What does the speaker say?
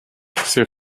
ces